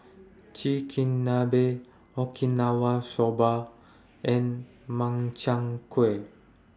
Chigenabe Okinawa Soba and Makchang Gui